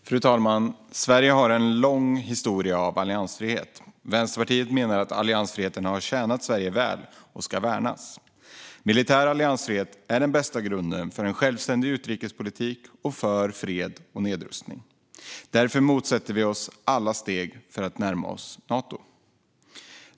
Fru talman! Sverige har en lång historia av alliansfrihet. Vänsterpartiet menar att alliansfriheten har tjänat Sverige väl och ska värnas. Militär alliansfrihet är den bästa grunden för en självständig utrikespolitik och för fred och nedrustning. Därför motsätter vi oss alla steg för att närma oss Nato.